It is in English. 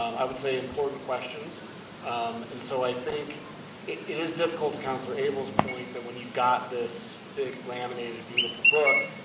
um i would say important questions and so i think it is difficult to councillor abel's point that when you've got this big laminated beautiful book,